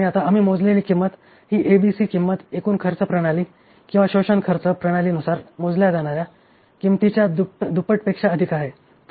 आणि आता आम्ही मोजलेली किंमत ही एबीसी किंमत एकूण खर्च प्रणाली किंवा शोषण खर्च प्रणालीनुसार मोजल्या जाणार्या किंमतीच्या दुप्पटपेक्षा अधिक आहे